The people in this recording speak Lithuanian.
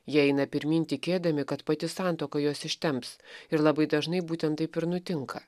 jie eina pirmyn tikėdami kad pati santuoka juos ištemps ir labai dažnai būtent taip ir nutinka